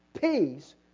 peace